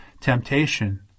temptation